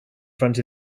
front